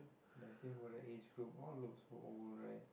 that's it for the age group all look so old right